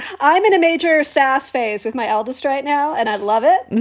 i'm in a major sass phase with my eldest right now, and i'd love it.